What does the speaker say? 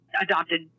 adopted